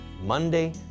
Monday